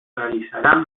realizarán